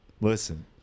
Listen